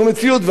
זו מציאות,